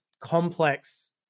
complex